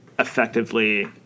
effectively